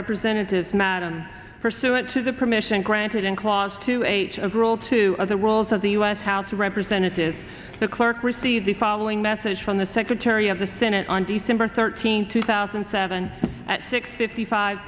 representatives madam pursuant to the permission granted in clause two eight of rule two of the rules of the u s house of representatives the clerk received the following message from the secretary of the senate on december thirteenth two thousand and seven at six fifty five